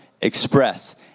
express